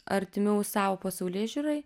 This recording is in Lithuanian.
artimiau savo pasaulėžiūrai